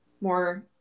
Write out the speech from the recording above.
more